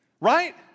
Right